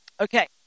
Okay